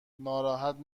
ناراحت